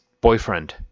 boyfriend